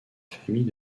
famille